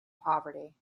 poverty